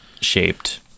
shaped